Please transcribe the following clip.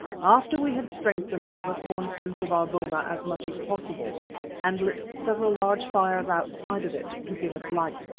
after we had strengthened the thorn fence of our boma as much as possible and lit several large fires outside of it to give us light,